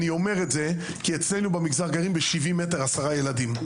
אני אומר את זה כי אצלנו במגזר גרים ב-70 מטר עשרה ילדים,